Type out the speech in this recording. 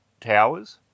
towers